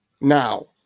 Now